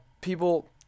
people